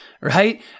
right